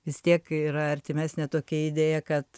vis tiek yra artimesnė tokia idėja kad